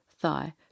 thigh